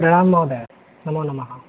प्रणामः महोदयः नमो नमः